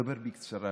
אדבר בקצרה,